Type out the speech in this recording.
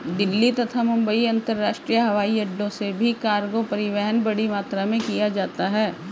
दिल्ली तथा मुंबई अंतरराष्ट्रीय हवाईअड्डो से भी कार्गो परिवहन बड़ी मात्रा में किया जाता है